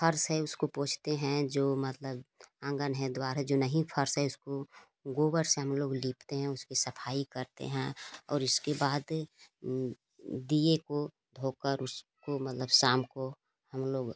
फ़र्श है उसको पोछते हैं मतलब जो मतलब आँगन द्वार है जो नहीं फ़र्श है उसको गोबर से हम लोग लीपते हैं उसकी सफ़ाई करते हैं और उसके बाद दीये को धो कर उसको मतलब शाम को हम लोग